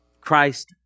Christ